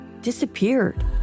disappeared